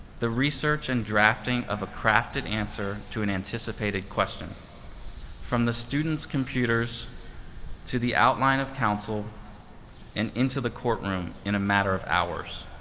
the research and drafting of a crafted answer to an anticipated question from the students' computers to the outline of counsel and into the courtroom in a matter of hours.